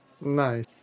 Nice